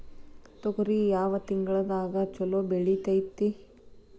ತೊಗರಿ ಯಾವ ತಿಂಗಳದಾಗ ಛಲೋ ಬೆಳಿತೈತಿ?